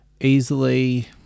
Easily